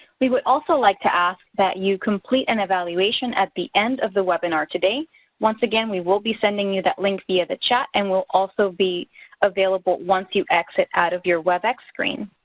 we would also like to ask that you complete an evaluation at the end of the webinar today once again we will be sending you that link via the chat and will also be available once you exit out of your webex screen.